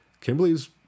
Kimberly's